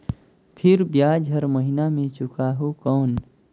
फिर ब्याज हर महीना मे चुकाहू कौन?